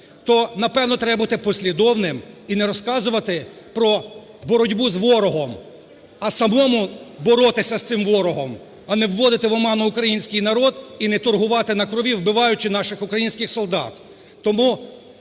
То, напевно, треба бути послідовним і не розказувати про боротьбу з ворогом, а самому боротися з цим ворогом. А не вводити в оману український народ і не торгувати на крові, вбиваючи наших українських солдат.